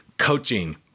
coaching